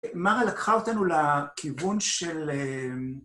מרה לקחה אותנו לכיוון של...